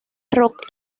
rock